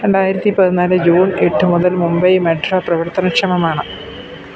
രണ്ടായിരത്തി പതിനാല് ജൂൺ എട്ട് മുതൽ മുംബൈ മെട്രോ പ്രവർത്തനക്ഷമമാണ്